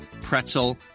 pretzel